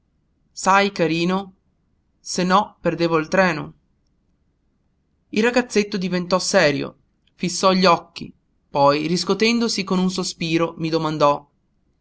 sai carino se no perdevo il treno il ragazzetto diventò serio fissò gli occhi poi riscotendosi con un sospiro mi domandò